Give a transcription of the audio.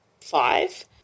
five